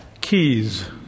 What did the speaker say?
keys